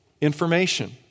information